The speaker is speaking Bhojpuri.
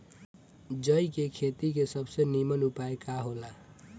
जौ के खेती के सबसे नीमन उपाय का हो ला?